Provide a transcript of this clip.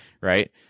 Right